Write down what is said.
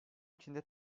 içinde